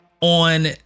on